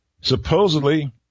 supposedly